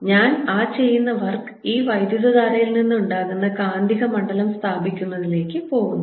ഞാൻ ചെയ്യുന്ന ആ വർക്ക് ഈ വൈദ്യുതധാരയിൽ നിന്ന് ഉണ്ടാകുന്ന കാന്തിക മണ്ഡലം സ്ഥാപിക്കുന്നതിലേക്ക് പോകുന്നു